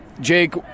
jake